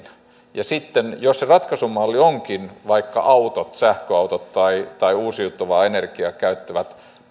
ja sitten jos se ratkaisumalli onkin vaikka autot sähköautot tai uusiutuvaa energiaa käyttävät